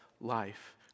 life